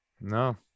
No